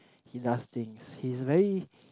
he does things he's very